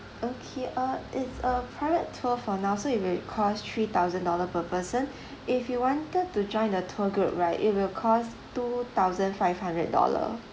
okay uh it's uh private tour for now so it will cost three thousand dollar per person if you wanted to join the tour group right it will cost two thousand five hundred dollar